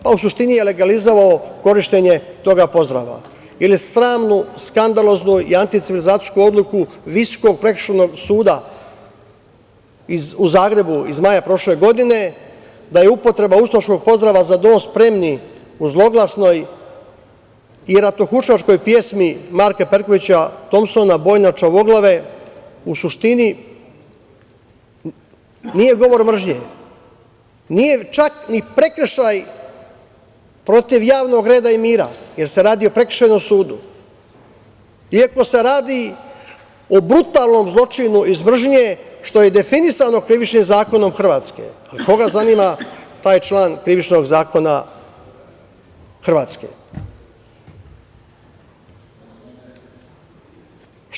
Pa u suštini je legalizovao korišćenje toga pozdrava ili sramnu, skandaloznu i anticivilizacijsku odluku Visokog prekršajnog suda u Zagrebu iz maja prošle godine da je upotreba ustaškog pozdrava - za dom spremni u zloglasnoj i ratnohuškačkoj pesmi Marko Perkovića Tomsona „Boj na čavoglave“ u suštini nije govor mržnje, nije čak ni prekršaj protiv javnog reda i mira, jer se radi o Prekršajnom sudu, iako se radi o brutalnom zločinu iz mržnje što je i definisano Krivičnim zakonom Hrvatske, ali koga zanima taj član Krivičnog zakona Hrvatske?